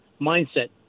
mindset